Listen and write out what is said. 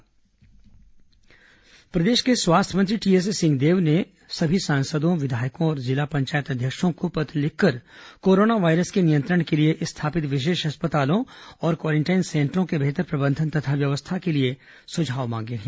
स्वास्थ्य मंत्री पत्र स्वास्थ्य मंत्री टीएस सिंहदेव ने प्रदेश के सभी सांसदों विधायकों और जिला पंचायत अध्यक्षों को पत्र लिखकर कोरोना वायरस के नियंत्रण के लिए स्थापित विशेष अस्पतालों और क्वारेंटाइन सेंटरों के बेहतर प्रबंधन तथा व्यवस्था के लिए सुझाव मांगे हैं